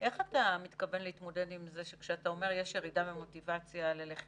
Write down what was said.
איך אתה מתכוון להתמודד עם זה שכשאתה אומר: יש ירידה במוטיבציה ללחימה,